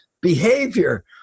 behavior